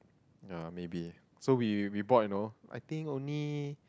ya maybe so we we bought and all I think only